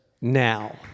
now